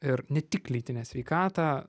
ir ne tik lytinę sveikatą